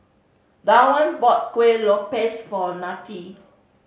Dawna bought Kuih Lopes for Nettie